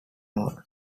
hall